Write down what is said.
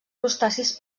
crustacis